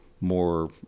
more